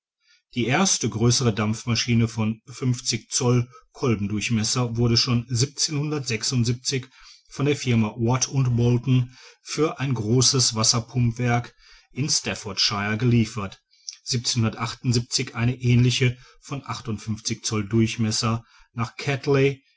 die erste größere dampfmaschine von zoll kolbendurchmesser wurde schon von der neuen firma watt und boulton für ein großes wasserpumpwerk in staffordshire geliefert eine ähnliche von zoll durchmesser nach ketley